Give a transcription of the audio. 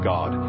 God